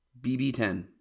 BB10